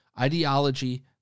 ideology